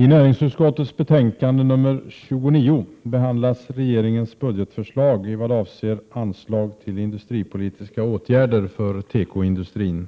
I näringsutskottets betänkande nr 29 behandlas regeringens budgetförslag i vad avser anslag till industripolitiska åtgärder för tekoindustrin.